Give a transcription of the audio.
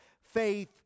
faith